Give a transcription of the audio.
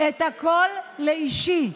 ההסדר לא כולל את התחום הנפשי.